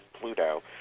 Pluto